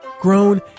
grown